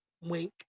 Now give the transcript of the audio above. wink